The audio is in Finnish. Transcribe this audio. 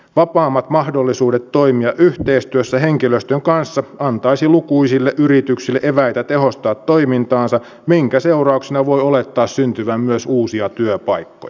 vapaammat mahdollisuudet toimia yhteistyössä henkilöstön kanssa antaisi lukuisille yrityksille eväitä tehostaa toimintaansa minkä seurauksena voi olettaa syntyvän myös uusia työpaikkoja